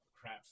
crap